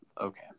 okay